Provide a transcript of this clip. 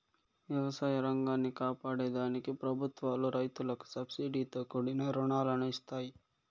వ్యవసాయ రంగాన్ని కాపాడే దానికి ప్రభుత్వాలు రైతులకు సబ్సీడితో కూడిన రుణాలను ఇస్తాయి